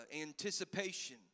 anticipation